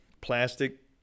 plastic